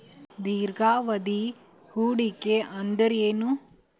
ದೀರ್ಘಾವಧಿ ಹೂಡಿಕೆ ಅಂದ್ರ ಏನು?